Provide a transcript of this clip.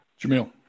Jamil